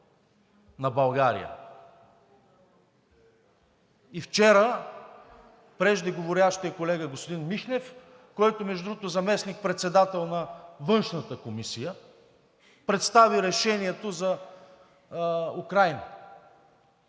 Вчера преждеговорящият колега господин Михнев, който между другото е заместник-председател на Външната комисия, представи решението за Украйна.